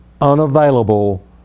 unavailable